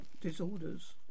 disorders